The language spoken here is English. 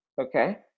Okay